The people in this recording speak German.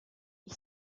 ich